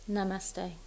Namaste